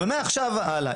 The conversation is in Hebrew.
מעכשיו והלאה,